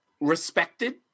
respected